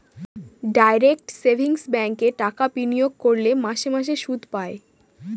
direct savings ব্যাঙ্কে টাকা বিনিয়োগ করলে মাসে মাসে সুদ পায়